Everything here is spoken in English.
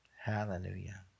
Hallelujah